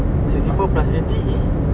sixty four plus eighty is